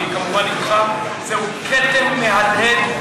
אני כמובן אתך: זהו כתם מהדהד,